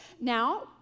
Now